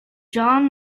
john